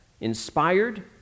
Inspired